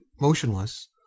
motionless